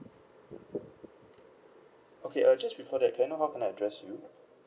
okay uh just before that can I know how can I address you